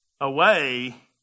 away